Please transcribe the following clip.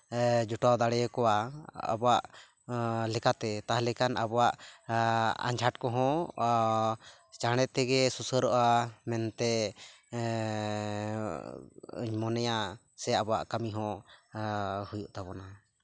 ᱡᱚᱴᱟᱣ ᱫᱟᱲᱮᱭᱟᱠᱚᱣᱟ ᱟᱵᱚᱣᱟᱜ ᱞᱮᱠᱟᱛᱮ ᱛᱟᱦᱚᱞᱮᱠᱷᱟᱱ ᱟᱵᱚᱣᱟᱜ ᱟᱸᱡᱷᱟᱴ ᱠᱚᱦᱚᱸ ᱪᱟᱬᱮ ᱛᱮᱜᱮ ᱥᱩᱥᱟᱹᱨᱚᱜᱼᱟ ᱢᱮᱱᱛᱮ ᱤᱧ ᱢᱚᱱᱮᱭᱟ ᱥᱮ ᱟᱵᱚᱣᱟᱜ ᱠᱟᱹᱢᱤ ᱦᱩᱭᱩᱜ ᱛᱟᱵᱚᱱᱟ